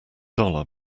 dollar